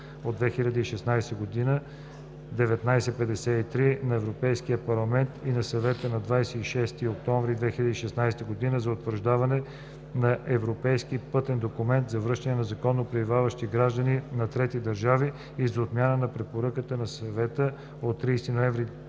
2016/1953 на Европейския парламент и на Съвета от 26 октомври 2016 година за утвърждаване на европейски пътен документ за връщането на незаконно пребиваващи граждани на трети държави и за отмяна на Препоръката на Съвета от 30 ноември 1994